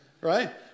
right